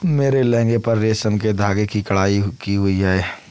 मेरे लहंगे पर रेशम के धागे से कढ़ाई की हुई है